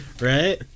right